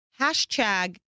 hashtag